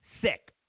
sick